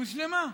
היא הושלמה.